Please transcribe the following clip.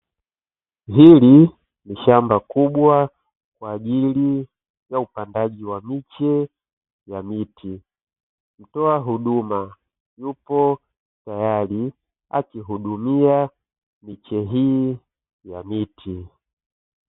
Hili ni shamba kubwa kwa ajili ya upandaji wa miche ya miti, mtoa huduma yupo tayari akihudumia miche hii ya miti.